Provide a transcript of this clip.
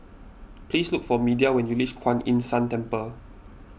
please look for Media when you reach Kuan Yin San Temple